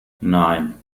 nine